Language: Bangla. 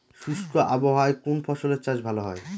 শুষ্ক আবহাওয়ায় কোন ফসলের চাষ ভালো হয়?